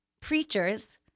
Preachers